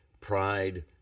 pride